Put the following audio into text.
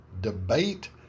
debate